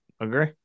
agree